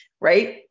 right